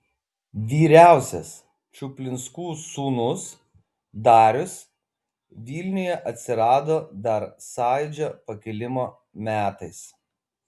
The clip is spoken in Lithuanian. vyriausias čuplinskų sūnus darius vilniuje atsirado dar sąjūdžio pakilimo metais